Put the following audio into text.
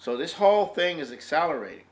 so this whole thing is accelerat